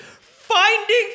Finding